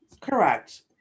Correct